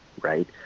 right